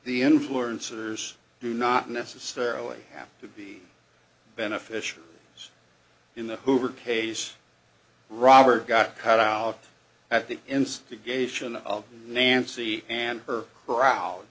do not necessarily have to be beneficial as in the hoover case robert got cut out at the instigation of nancy and her crowd